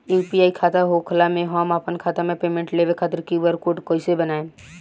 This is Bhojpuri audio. यू.पी.आई खाता होखला मे हम आपन खाता मे पेमेंट लेवे खातिर क्यू.आर कोड कइसे बनाएम?